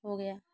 हो गया